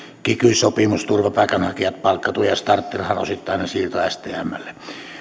kiky sopimus turvapaikanhakijat palkkatuen ja starttirahan osittainen siirto stmlle